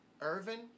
Irvin